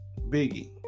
Biggie